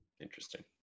Interesting